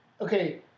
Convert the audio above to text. okay